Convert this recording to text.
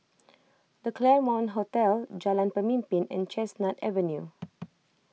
the Claremont Hotel Jalan Pemimpin and Chestnut Avenue